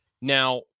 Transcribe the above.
Now